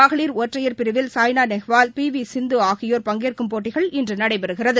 மகளிர் ஒற்றையர் பிரிவில் சாய்னா நேவால் பி வி சிந்து ஆகியோர் பங்கேற்கும் போட்டிகள் இன்று நடைபெறுகிறது